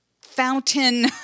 fountain